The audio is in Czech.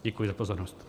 Děkuji za pozornost.